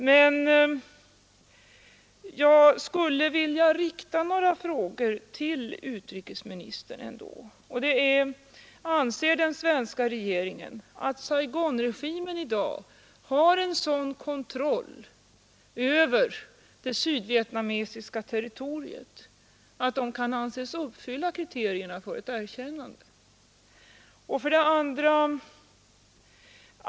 Men jag skulle ändå vilja rikta några frågor till utrikesministern: 1. Anser den svenska regeringen att Saigonregimen i dag har en sådan kontroll över det sydvietnamesiska territoriet att den kan anses uppfylla kriterierna för ett erkännande? 2.